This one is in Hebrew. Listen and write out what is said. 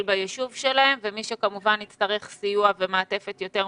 בישוב שלהם ומי שכמובן יצטרך סיוע ומעטפת יותר מעמיקים,